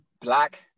black